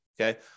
Okay